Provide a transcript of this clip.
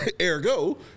Ergo